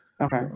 Okay